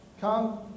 come